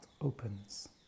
opens